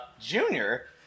junior